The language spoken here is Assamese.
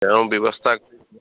তেওঁ ব্যৱস্থা